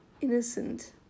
innocent